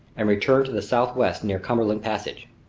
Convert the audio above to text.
and returned to the southwest near cumberland passage.